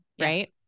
right